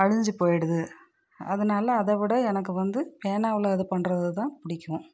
அழிஞ்சி போய்விடுது அதனால அதை விட எனக்கு வந்து பேனாவில் இது பண்ணுறதுதான் பிடிக்கும்